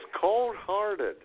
cold-hearted